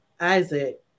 Isaac